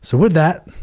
so with that,